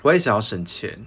我也想要省钱